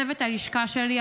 צוות הלשכה שלי,